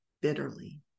bitterly